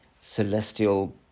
celestial